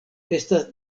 estas